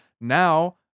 now